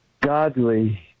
godly